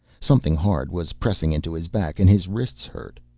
something hard was pressing into his back and his wrists hurt.